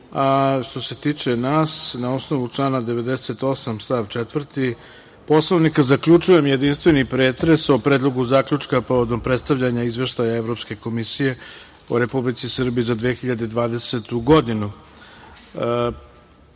se tiče nas, na osnovu člana 98. stav 4. Poslovnika zaključujem jedinstveni pretres o Predlogu zaključka povodom predstavljanja Izveštaja Evropske komisije o Republici Srbiji za 2020.